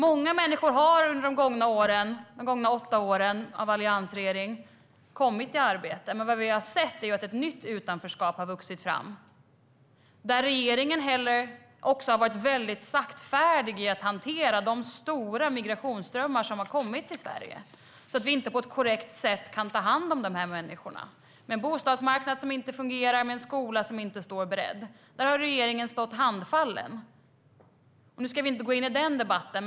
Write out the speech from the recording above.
Många människor har kommit i arbete under de gångna åtta åren med alliansregeringen. Men ett nytt utanförskap har vuxit fram. Och regeringen har varit saktfärdig när det gäller att hantera de stora migrationsströmmar som har kommit till Sverige. Vi kan därför inte ta hand om de människorna på ett korrekt sätt eftersom vi har en bostadsmarknad som inte fungerar och en skola som inte står beredd. Där har regeringen stått handfallen. Nu ska vi inte gå in i den debatten.